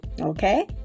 Okay